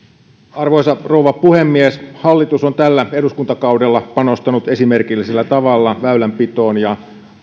arvoisa rouva puhemies hallitus on tällä eduskuntakaudella panostanut esimerkillisellä tavalla väylänpitoon ja